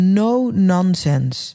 no-nonsense